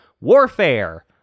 Warfare